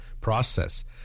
process